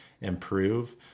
improve